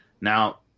Now